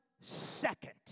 second